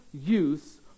use